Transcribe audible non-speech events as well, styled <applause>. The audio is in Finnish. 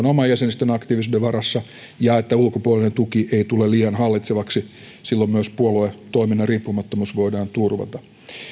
<unintelligible> oman jäsenistön aktiivisuuden varassa ja että ulkopuolinen tuki ei tule liian hallitsevaksi silloin myös puoluetoiminnan riippumattomuus voidaan turvata